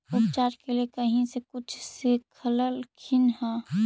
उपचार के लीये कहीं से कुछ सिखलखिन हा?